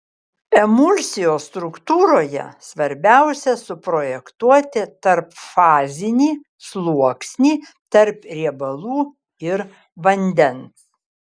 emulsijos struktūroje svarbiausia suprojektuoti tarpfazinį sluoksnį tarp riebalų ir vandens